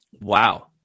Wow